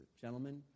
Gentlemen